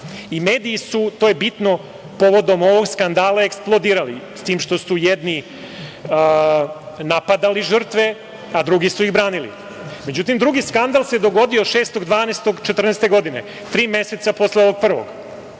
Mediji su, to je bitno, povodom ovog skandala, eksplodirali. S tim što su jedni napadali žrtve, a drugi su ih branili.Međutim, drugi skandal se dogodio 6. 12. 2014. godine, tri meseca posle ovog prvog.